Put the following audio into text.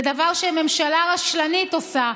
זה דבר שממשלה רשלנית עושה,